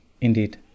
indeed